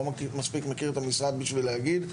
אני לא מספיק מכיר את המשרד בשביל להגיד,